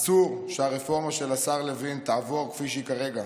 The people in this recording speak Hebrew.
אסור שהרפורמה של השר לוין תעבור כפי שהיא כרגע.